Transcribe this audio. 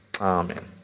Amen